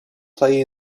play